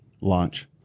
launch